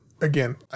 again